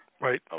right